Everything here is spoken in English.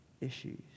issues